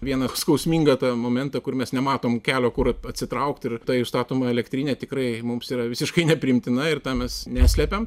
vieną skausmingą tą momentą kur mes nematom kelio kur atsitraukt ir ta jų statoma elektrinė tikrai mums yra visiškai nepriimtina ir tą mes neslepiam